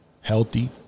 healthy